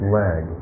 leg